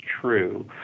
true